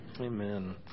amen